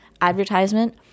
advertisement